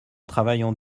travaillant